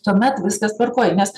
tuomet viskas tvarkoj nes